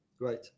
Right